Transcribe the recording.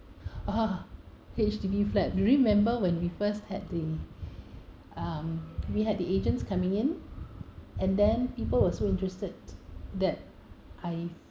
!oho! H_D_B flat do you remember when we first had the um we had the agents coming in and then people were so interested that I